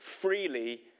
freely